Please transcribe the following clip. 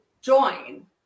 join